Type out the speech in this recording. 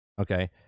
okay